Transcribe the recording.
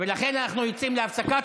ולכן אנחנו יוצאים להפסקה.